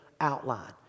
outline